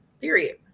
Period